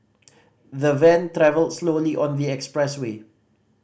the van travelled slowly on the expressway